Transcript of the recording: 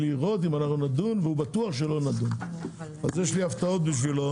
אז יש לי הפתעות בשבילו